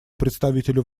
представителю